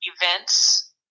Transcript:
events